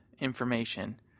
information